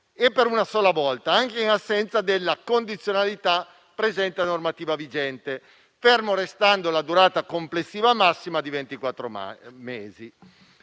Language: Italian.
e per una sola volta, anche in assenza della condizionalità presente a normativa vigente, ferma restando la durata complessiva massima di